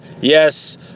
Yes